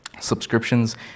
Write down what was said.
subscriptions